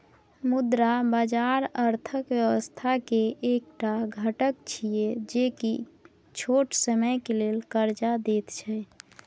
मुद्रा बाजार अर्थक व्यवस्था के एक टा घटक छिये जे की छोट समय के लेल कर्जा देत छै